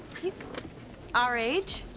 he's our age.